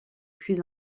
plus